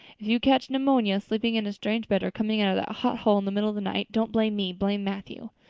if you catch pneumonia sleeping in a strange bed or coming out of that hot hall in the middle of the night, don't blame me, blame matthew.